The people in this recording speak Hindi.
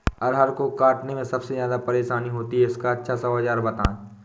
अरहर को काटने में सबसे ज्यादा परेशानी होती है इसका अच्छा सा औजार बताएं?